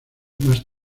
más